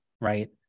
right